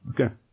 Okay